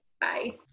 Bye